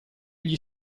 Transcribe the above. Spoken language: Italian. gli